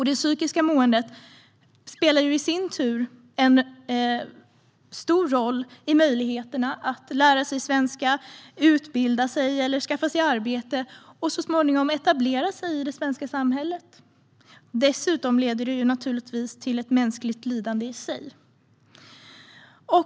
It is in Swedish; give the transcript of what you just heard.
Det psykiska måendet spelar i sin tur en stor roll för möjligheterna att lära sig svenska, utbilda sig eller skaffa arbete och så småningom etablera sig i det svenska samhället. Dessutom leder det naturligtvis till ett mänskligt lidande i sig.